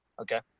okay